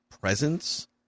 presence